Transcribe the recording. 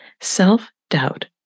Self-doubt